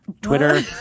Twitter